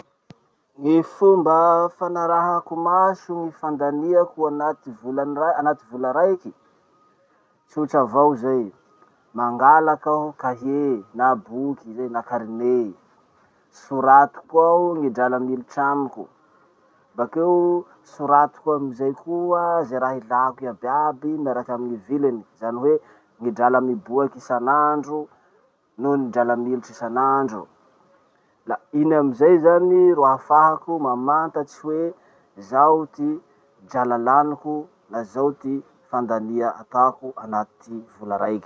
Ny fomba fanarahako maso ny fandaniako anaty volany ra- anaty vola raiky. Tsotra avao zay. Mangalak'aho cahier na boky zay na carnet. Soratiko ao ny drala militsy amiko, bakeo soratiko amizay koa ze raha ilako iaby iaby miarky amy viliny, zany hoe ny drala miboaky isanandro nohon'ny drala militsy isanandro. La iny amizay zany ro ahafahako mamantatsy hoe zao ty drala laniko na zao ty fandania atako anaty vola raiky.